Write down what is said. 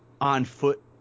on-foot